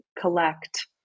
collect